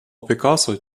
пікассо